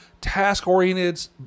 task-oriented